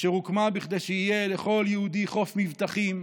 אשר הוקמה כדי שיהיה לכל יהודי חוף מבטחים,